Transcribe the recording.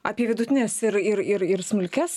apie vidutines ir ir ir smulkias